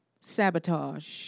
sabotage